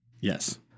Yes